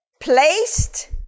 placed